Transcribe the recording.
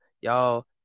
y'all